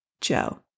Joe